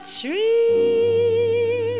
tree